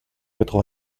quatre